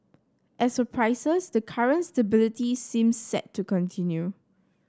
as for prices the current stability seems set to continue